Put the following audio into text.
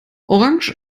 orange